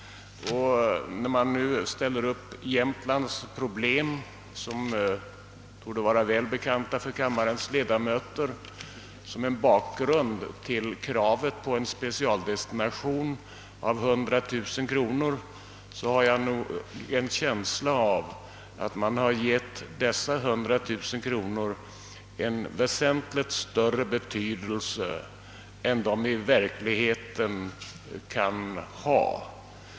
När motionärerna nu ställer upp Jämtlands problem, vilka torde vara välbekanta för kammarens ledamöter, som en bakgrund för en specialdestination av 100 000 kronor till länets företagareförening har jag nog en känsla av att dessa pengar tillmätts väsentligt större betydelse än de i verkligheten har.